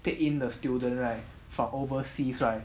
take in 的 student right from overseas right